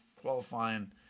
qualifying